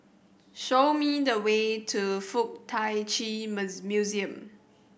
show me the way to Fuk Tak Chi Museum